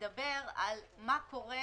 ומדברת על מה קורה,